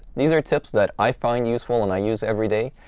these are tips that i find useful, and i use every day.